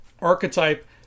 archetype